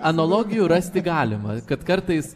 analogijų rasti galima kad kartais